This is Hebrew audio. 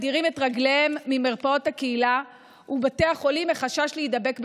מדירים את רגליהם ממרפאות הקהילה ומבתי החולים מחשש להידבק בקורונה.